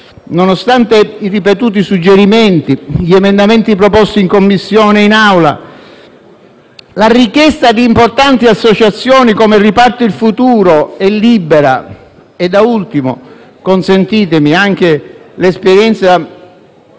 Nonostante i ripetuti suggerimenti, gli emendamenti proposti in Commissione e in Aula, nonché la richiesta di importanti associazioni come «Riparte il futuro» o «Libera» e, da ultimo - consentitemi - anche l'esperienza